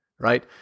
Right